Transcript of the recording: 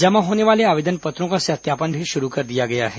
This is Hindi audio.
जमा होने वाले आवेदन पत्रों का सत्यापन भी शुरू कर दिया गया है